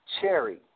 Cherry